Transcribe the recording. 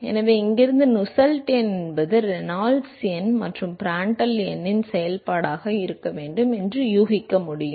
எனவே இங்கிருந்து நுசெல்ட் எண் என்பது ரெனால்ட்ஸ் எண் மற்றும் பிராண்ட்டல் எண்ணின் செயல்பாடாக இருக்க வேண்டும் என்று யூகிக்க முடியும்